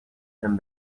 and